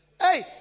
hey